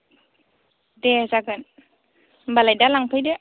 दे जागोन होमबालाय दा लांफैदो